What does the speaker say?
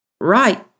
Right